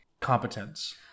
competence